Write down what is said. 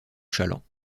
challant